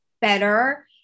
better